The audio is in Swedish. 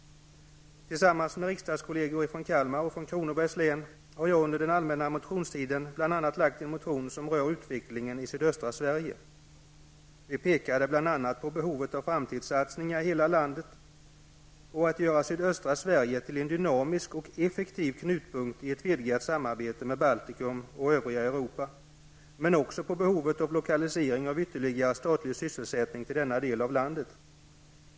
Tillsammans med rikdagskolleger från Kalmar och Kronobergs län har jag under den allmänna motionstiden bl.a. väckt en motion som rör utvecklingen i sydöstra Sverige. Vi pekar i motionen bl.a. på behovet av framtidssatsningar i hela landet, att man skall göra sydöstra Sverige till en dynamisk och effektiv knutpunkt i ett vidgat samarbete med Baltikum och övriga Europa, men också på behovet av lokalisering av ytterligare statlig sysselsättning till denna del av landet.